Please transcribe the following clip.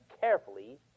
carefully